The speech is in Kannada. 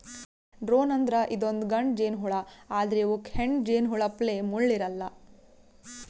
ಡ್ರೋನ್ ಅಂದ್ರ ಇದೊಂದ್ ಗಂಡ ಜೇನಹುಳಾ ಆದ್ರ್ ಇವಕ್ಕ್ ಹೆಣ್ಣ್ ಜೇನಹುಳಪ್ಲೆ ಮುಳ್ಳ್ ಇರಲ್ಲಾ